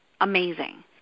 amazing